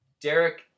Derek